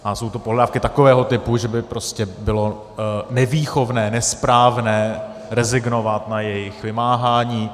A jsou to pohledávky takového typu, že by prostě bylo nevýchovné, nesprávné rezignovat na jejich vymáhání.